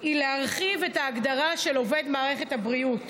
היא להרחיב את ההגדרה של עובד מערכת הבריאות.